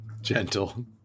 Gentle